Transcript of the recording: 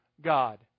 God